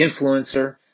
Influencer